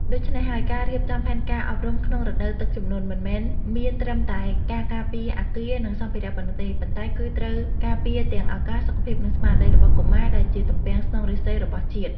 ដូច្នេះហើយ ការរៀបចំផែនការអប់រំក្នុងរដូវទឹកជំនន់ មិនមែនមានត្រឹមតែការការពារអគារ និងសម្ភារៈប៉ុណ្ណោះទេ ប៉ុន្តែគឺត្រូវការពារទាំងឱកាស សុខភាព និងស្មារតីរបស់កុមារដែលជាទំពាំងស្នងឫស្សីរបស់ជាតិ។